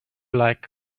like